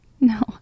No